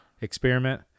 experiment